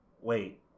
Wait